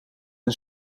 een